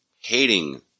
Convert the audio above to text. hating